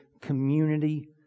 community